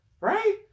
Right